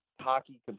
hockey